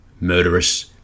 murderous